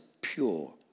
pure